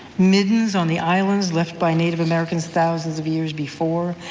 middens on the islands left by native americans thousands of years before?